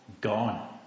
gone